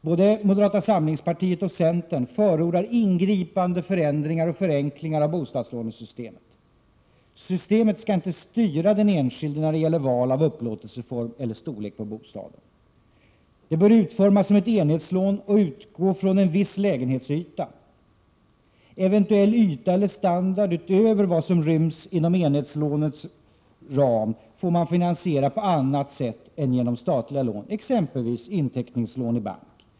Både moderata samlingspartiet och centern förordar ingripande förändringar och förenklingar av bostadslånesystemet. Systemet skall inte styra den enskilde när det gäller val av upplåtelseform eller storlek på bostaden. Det bör utformas som ett enhetslån och utgå från en viss lägenhetsyta. Eventuell yta eller standard utöver vad som ryms inom enhetslånets ram får finansieras på annat sätt än genom statliga lån, exempelvis genom inteckningslån i bank.